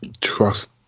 trust